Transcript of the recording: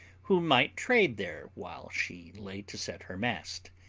who might trade there while she lay to set her mast,